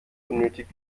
unnötig